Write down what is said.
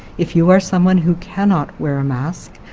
if you are someone who cannot wear a mask,